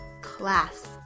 class